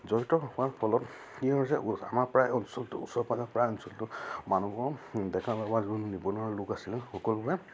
জড়িত হোৱাৰ ফলত কি হৈছে আমাৰ প্ৰায় অঞ্চলটো ওচৰে পাঁজৰে প্ৰায় অঞ্চলটো মানুহবোৰ ডেকা যোন নিবনুৱা লোক আছিলে সকলোকে